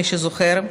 מי שזוכר,